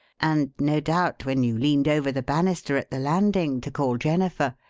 and no doubt when you leaned over the banister at the landing to call jennifer,